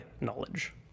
knowledge